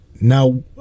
Now